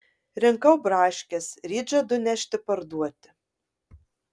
rinkau braškes ryt žadu nešti parduoti